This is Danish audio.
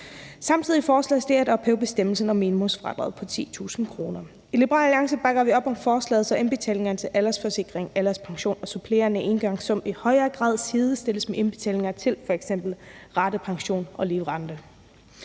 Samtidig foreslås det at ophæve bestemmelsen om minimumsfradraget på 10.000 kr. I Liberal Alliance bakker vi op om forslaget, så indbetalingerne til aldersforsikring, alderspension og supplerende engangssum i højere grad sidestilles med indbetalinger til f.eks. ratepension og livrente.